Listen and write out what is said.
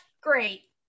great